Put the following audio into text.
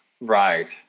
Right